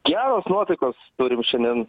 geros nuotaikos turim šiandien